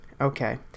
Okay